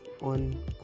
on